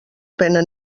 pena